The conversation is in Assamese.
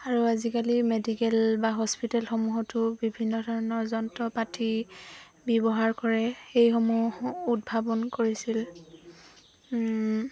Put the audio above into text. আৰু আজিকালি মেডিকেল বা হস্পিতেলসমূহতো বিভিন্ন ধৰণৰ যন্ত্ৰ পাতি ব্যৱহাৰ কৰে সেইসমূহ উদ্ভাৱন কৰিছিল